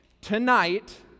tonight